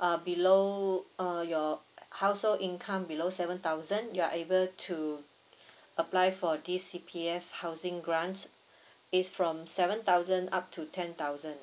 uh below uh your household income below seven thousand you are able to apply for this C_P_F housing grants it's from seven thousand up to ten thousand